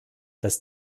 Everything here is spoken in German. dass